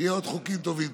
שיהיו עוד חוקים טובים.